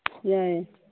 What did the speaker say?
ꯌꯥꯏꯌꯦ